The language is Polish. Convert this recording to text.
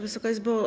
Wysoka Izbo!